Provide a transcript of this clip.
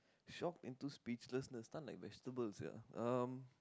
shocked into speechlessness stun like vegetables sia um